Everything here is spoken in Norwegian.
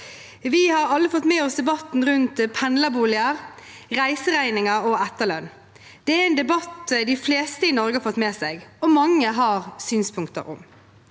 Vi har alle fått med oss debatten rundt pendlerboliger, reiseregninger og etterlønn. Det er en debatt de fleste i Norge har fått med seg, og som mange har synspunkter på.